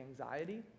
anxiety